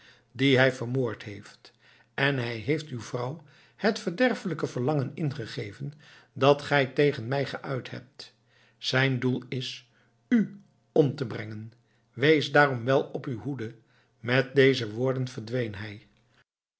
die hij vermoord heeft en hij heeft uw vrouw het verderfelijke verlangen ingegeven dat gij tegen mij geuit hebt zijn doel is u om te brengen wees daarom wel op uw hoede met deze woorden verdween hij